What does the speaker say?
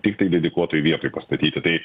tiktai dedikuotoj vietoj pastatyti tai